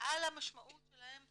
על המשמעות שלהן,